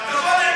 תבוא לאום